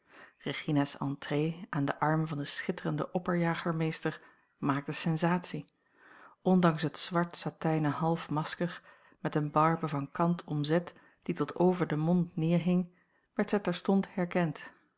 binnen regina's entrée aan den arm van den schitterenden opperjagermeester maakte sensatie ondanks het zwart satijnen half masker met eene barbe van kant omzet die tot over den mond neerhing werd zij terstond herkend